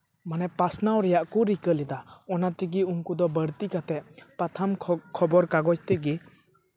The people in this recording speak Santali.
ᱢᱟᱱᱮ ᱯᱟᱥᱱᱟᱣ ᱨᱮᱭᱟᱜ ᱠᱚ ᱨᱤᱠᱟᱹ ᱞᱮᱫᱟ ᱚᱱᱟ ᱛᱮᱜᱮ ᱩᱱᱠᱩ ᱫᱚ ᱵᱟᱹᱲᱛᱤ ᱠᱟᱛᱮᱫ ᱯᱟᱛᱷᱟᱢ ᱠᱷᱚᱵᱚᱨ ᱠᱟᱜᱚᱡᱽ ᱛᱮᱜᱮ